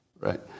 Right